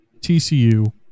TCU